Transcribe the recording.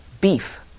beef